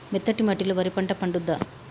మెత్తటి మట్టిలో వరి పంట పండుద్దా?